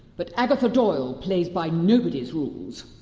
but agatha doyle plays by nobody's rules!